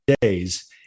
days